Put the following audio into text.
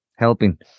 helping